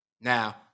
Now